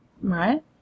Right